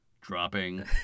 dropping